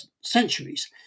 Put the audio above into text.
centuries